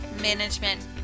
Management